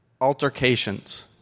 altercations